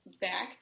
back